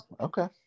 Okay